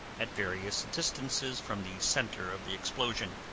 at various distances from the center of the explosion,